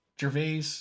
Gervais